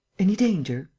any danger?